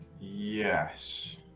Yes